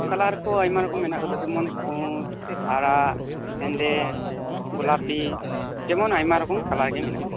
colour ᱠᱚ ᱟᱭᱢᱟ ᱨᱚᱠᱚᱢ ᱢᱮᱱᱟᱜ ᱟᱠᱟᱫᱟ ᱡᱮᱢᱚᱱ ᱯᱩᱸᱰ ᱟᱨᱟᱜ ᱦᱮᱸᱫᱮ ᱜᱳᱞᱟᱯᱤ ᱡᱮᱢᱚᱱ ᱟᱭᱢᱟ ᱨᱚᱠᱚᱢ ᱠᱟᱞᱟᱨ ᱜᱮ ᱢᱟᱱᱟᱜᱼᱟ